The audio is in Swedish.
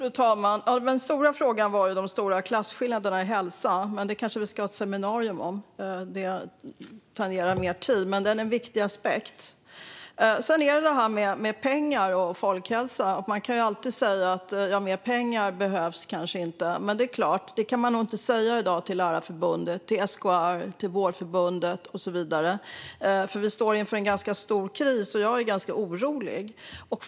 Fru talman! Den stora frågan handlade om klasskillnaderna och hälsan, men detta kanske vi borde ha ett seminarium om, för det kräver mer tid. Men det är en viktig aspekt. Sedan är det detta med pengar och folkhälsa. Man kan alltid säga att det kanske inte behövs mer pengar. Men i dag kan man inte gärna säga det till Lärarförbundet, SKR, Vårdförbundet och så vidare, för vi står inför en ganska stor kris. Jag är ganska orolig.